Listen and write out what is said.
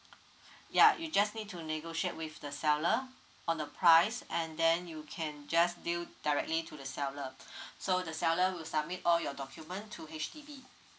ya you'll just need to negotiate with the seller on the price and then you can just deal directly to the seller so the seller will submit all your document to H_D_B